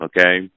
Okay